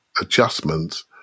adjustments